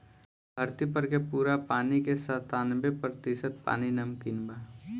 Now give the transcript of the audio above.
धरती पर के पूरा पानी के सत्तानबे प्रतिशत पानी नमकीन बा